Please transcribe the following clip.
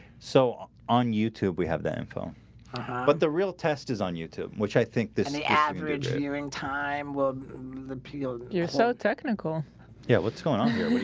so on youtube we have that info but the real test is on youtube which i think this is the average viewing time we'll repealed you're so technical yeah, what's going on here?